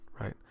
right